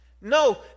no